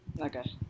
Okay